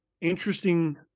Interesting